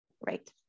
Right